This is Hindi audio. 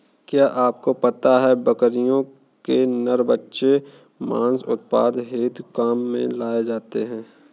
क्या आपको पता है बकरियों के नर बच्चे मांस उत्पादन हेतु काम में लाए जाते है?